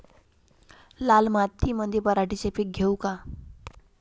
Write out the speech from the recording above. लाल मातीमंदी पराटीचे पीक घेऊ का?